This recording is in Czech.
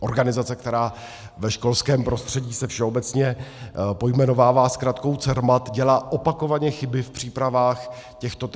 organizace, která ve školském prostředí se všeobecně pojmenovává zkratkou CERMAT, dělá opakovaně chyby v přípravách těchto testů.